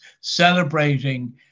celebrating